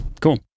Cool